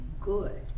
good